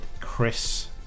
Chris